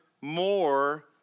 more